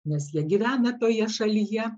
nes jie gyvena toje šalyje